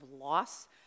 loss